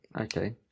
okay